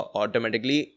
automatically